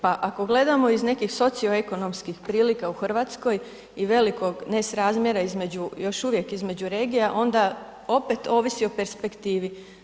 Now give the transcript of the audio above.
Pa ako gledamo iz nekih socio-ekonomskih prilika u Hrvatskoj i velikog nesrazmjera između, još uvijek između regija, onda opet ovisi o perspektivi.